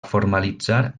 formalitzar